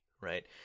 Right